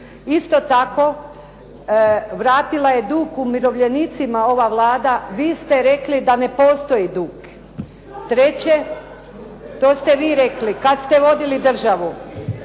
Isto tako, vratila je dug umirovljenicima ova Vlada, vi ste rekli da ne postoji dug. Treće, to ste vi rekli kad ste vodili državu.